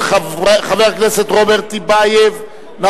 חבר הכנסת שטרית בעניין כספי התגמולים בגיל